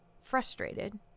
frustrated